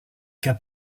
cas